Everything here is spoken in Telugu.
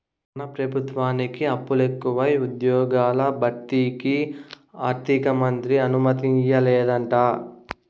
మన పెబుత్వానికి అప్పులెకువై ఉజ్జ్యోగాల భర్తీకి ఆర్థికమంత్రి అనుమతియ్యలేదంట